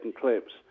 clips